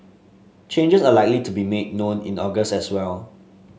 changes are likely to be made known in August as well